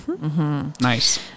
Nice